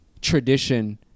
tradition